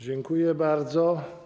Dziękuję bardzo.